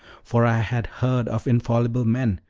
for i had heard of infallible men,